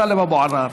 טלב אבו עראר.